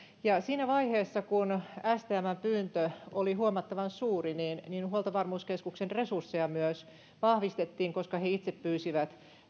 siinä vaiheessa kun stmn pyyntö oli huomattavan suuri niin niin huoltovarmuuskeskuksen resursseja myös vahvistettiin koska he itse pyysivät